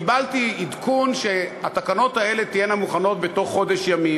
קיבלתי עדכון שהתקנות האלה תהיינה מוכנות בתוך חודש ימים.